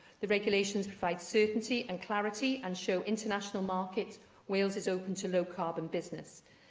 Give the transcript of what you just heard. the regulations provide certainty and clarity and show international markets wales is open to low-carbon business.